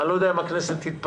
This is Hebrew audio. אני לא יודע אם הכנסת תתפזר,